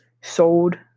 sold